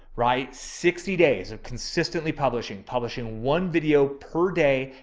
right. sixty days of consistently publishing publishing one video per day,